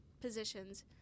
positions